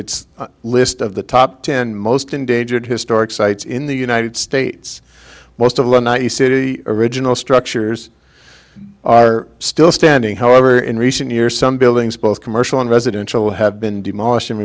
its list of the top ten most endangered historic sites in the united states most of the nice city original structures are still standing however in recent years some buildings both commercial and residential have been demolished and